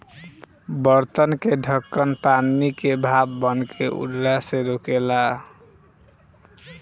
बर्तन के ढकन पानी के भाप बनके उड़ला से रोकेला